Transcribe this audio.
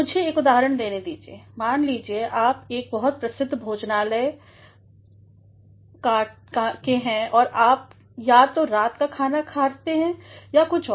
मुझे एक उदाहरण देने दीजिए मान लीजिए आप एक बहुत प्रसिद्ध भोजनालय काटे हैं और आप या तो रात का खाना खाना है या कुछ और